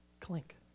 clink